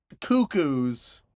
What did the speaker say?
cuckoos